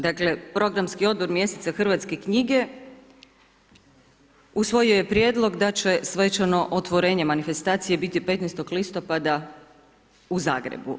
Dakle programski odbor mjeseca hrvatske knjige usvojio je prijedlog da će svečano otvorenje manifestacije biti 15. listopada u Zagrebu.